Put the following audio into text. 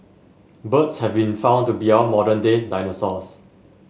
birds have been found to be our modern day dinosaurs